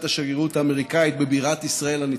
השגרירות האמריקנית בבירת ישראל הנצחית.